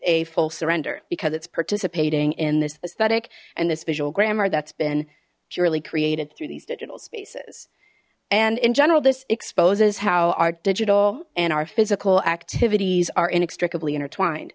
a full surrender because it's participating in this aesthetic and this visual grammar that's been purely created through these digital spaces and in general this exposes how our digital and our physical activities are inextricably intertwined